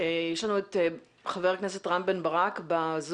יש לנו את חבר הכנסת רן בן ברק ב"זום".